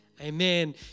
Amen